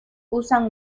usan